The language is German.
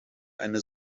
eine